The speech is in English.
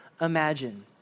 imagine